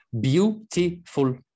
beautiful